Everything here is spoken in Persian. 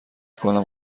کنم